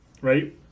right